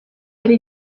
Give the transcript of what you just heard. ari